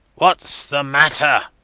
whats the matter.